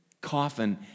coffin